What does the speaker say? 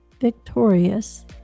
victorious